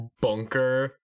bunker